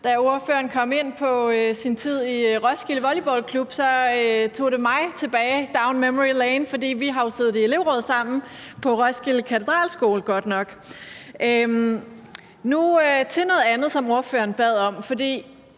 Da ordføreren kom ind på sin tid i Roskilde Wolleyball Klub, tog det mig med tilbage i tiden, down the memory lane. For vi har jo siddet i elevråd sammen på Roskilde Katedralskole. Nu vil jeg gå til noget af det andet, som ordføreren sagde, og